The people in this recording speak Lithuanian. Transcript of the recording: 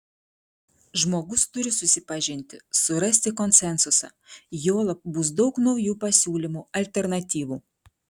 žmogus turi susipažinti surasti konsensusą juolab bus daug naujų pasiūlymų alternatyvų